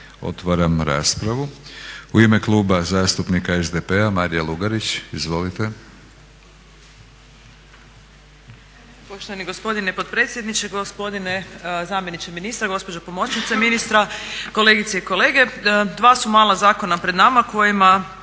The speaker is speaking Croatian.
Otvaram raspravu. U ime Kluba zastupnika SDP-a Marija Lugarić. Izvolite. **Lugarić, Marija (SDP)** Poštovani gospodine potpredsjedniče, gospodine zamjeniče ministra, gospođo pomoćnice ministra, kolegice i kolege. Dva su mala zakona pred nama kojima